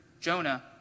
Jonah